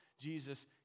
Jesus